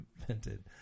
invented